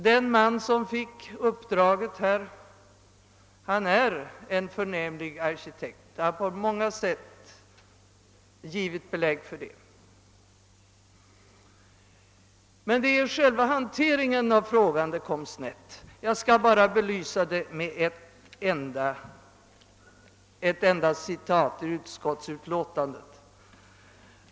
Den man som fick uppdraget är en förnämlig arkitekt och har på många sätt givit belägg för det. Det är själva hanteringen av frågan som har kommit snett. Jag skall belysa det med ett enda citat ur utskottsutlåtandet.